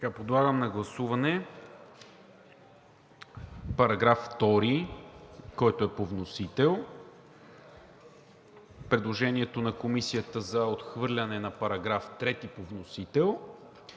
Подлагам на гласуване § 2, който е по вносител; предложението на Комисията за отхвърляне на § 3 по вносител